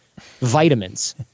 vitamins